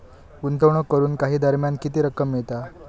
गुंतवणूक करून काही दरम्यान किती रक्कम मिळता?